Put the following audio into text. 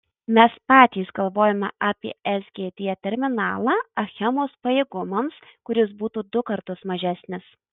mes patys galvojome apie sgd terminalą achemos pajėgumams kuris būtų du kartus mažesnis